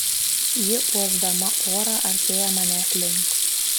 ji uosdama orą artėja manęs link